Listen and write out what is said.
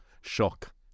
shock